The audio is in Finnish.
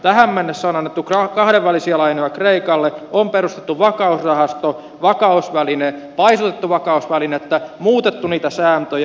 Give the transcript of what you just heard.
tähän mennessä on annettu kahdenvälisiä lainoja kreikalle on perustettu vakausrahasto vakausväline paisutettu vakausvälinettä muutettu niitä sääntöjä